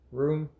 room